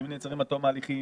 האם הם נעצרים עד תום ההליכים?